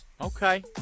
Okay